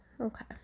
Okay